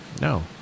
No